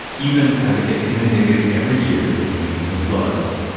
even as it gets inundated every year with rains and floods.